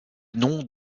nom